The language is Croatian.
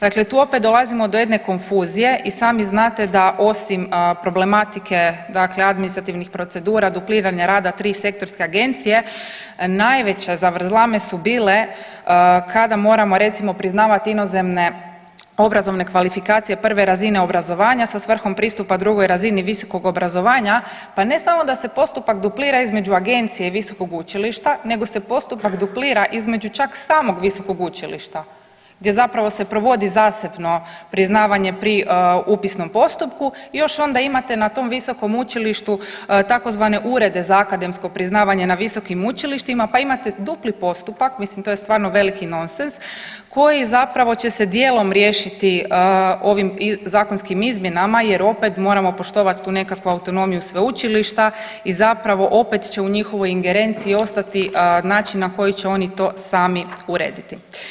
Dakle, tu opet dolazimo do jedne konfuzije i sami znate da osim problematike dakle administrativnih procedura i dupliranja rada tri sektorske agencije najveće zavrzlame su bile kada moramo recimo priznavat inozemne obrazovne kvalifikacije prve razine obrazovanja sa svrhom pristupa drugoj razini visokog obrazovanja, pa ne samo da se postupak duplira između agencije i visokog učilišta nego se postupak duplira između čak samog visokog učilišta gdje zapravo se provodi zasebno priznavanje pri upisnom postupku i još onda imate na tom visokom učilištu tzv. urede za akademsko priznavanje na visokim učilištima, pa imate dupli postupak, mislim to je stvarno velik nonsens koji zapravo će se dijelom riješiti ovim zakonskim izmjenama jer opet moramo poštovat tu nekakvu autonomiju sveučilišta i zapravo opet će u njihovoj ingerenciji ostati način na koji će oni to sami urediti.